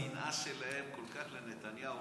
השנאה שלהם לנתניהו.